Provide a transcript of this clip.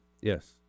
Yes